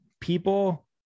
people